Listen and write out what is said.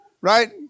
Right